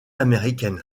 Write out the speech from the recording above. américaine